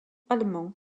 allemand